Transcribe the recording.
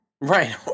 Right